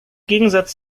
gegensatz